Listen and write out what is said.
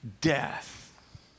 death